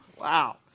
Wow